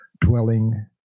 dwelling